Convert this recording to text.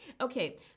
okay